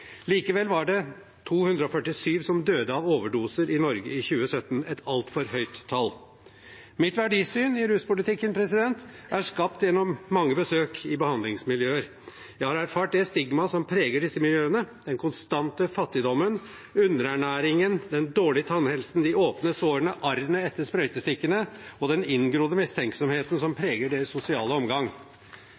Likevel var det 247 som døde av overdose i Norge i 2017 – et altfor høyt tall. Mitt verdisyn i ruspolitikken er skapt gjennom mange besøk i behandlingsmiljøer. Jeg har erfart det stigma som preger disse miljøene, den konstante fattigdommen, underernæringen, den dårlige tannhelsen, de åpne sårene, arrene etter sprøytestikkene og den inngrodde mistenksomheten som preger deres sosiale omgang.